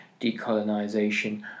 decolonisation